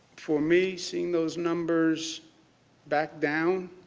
for me, seeing those numbers back down,